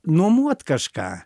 nuomot kažką